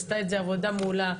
עשתה עבודה מעולה,